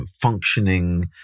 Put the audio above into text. functioning